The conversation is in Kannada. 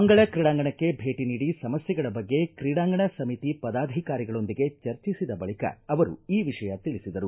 ಮಂಗಳ ಕ್ರೀಡಾಂಗಣಕ್ಕೆ ಭೇಟಿ ನೀಡಿ ಸಮಸ್ಕೆಗಳ ಬಗ್ಗೆ ಕ್ರೀಡಾಂಗಣ ಸಮಿತಿ ಪದಾಧಿಕಾರಿಗಳೊಂದಿಗೆ ಚರ್ಚಿಸಿದ ಬಳಿಕ ಅವರು ಈ ವಿಷಯ ತಿಳಿಸಿದರು